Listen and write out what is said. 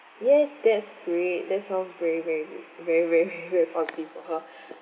yes that's great that sounds very very good very very very positive for her